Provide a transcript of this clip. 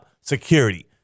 security